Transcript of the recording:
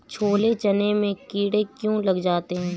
छोले चने में कीड़े क्यो लग जाते हैं?